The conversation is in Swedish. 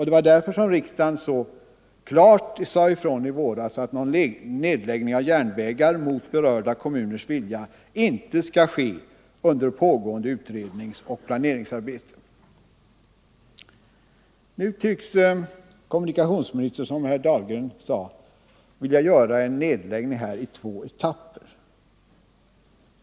Det var därför som riksdagen så klart sade ifrån i våras, att någon nedläggning av järnvägar mot berörda kommuners vilja inte skall ske under pågående utredningsoch planeringsarbete. Nu tycks kommunikationsministern, som herr Dahlgren sade, vilja göra en nedläggning i två etapper.